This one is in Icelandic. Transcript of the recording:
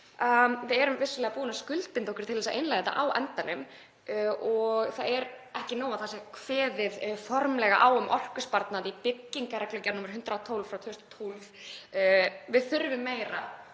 Við erum vissulega búin að skuldbinda okkur til að innleiða þetta á endanum og það er ekki nóg að kveðið sé formlega á um orkusparnað í byggingarreglugerð nr. 112/2012. Við þurfum meira